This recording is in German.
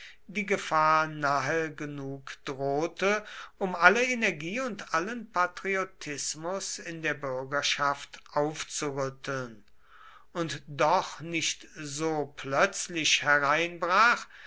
die gefahr nahe genug drohte um alle energie und allen patriotismus in der bürgerschaft aufzurütteln und doch nicht so plötzlich hereinbrach